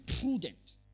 prudent